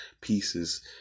pieces